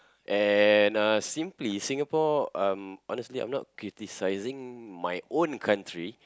and uh simply Singapore um honestly I'm not criticizing my own country